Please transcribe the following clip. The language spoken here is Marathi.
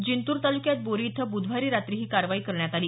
जिंतूर तालुक्यात बोरी इथं बुधवारी रात्री ही कारवाई करण्यात आली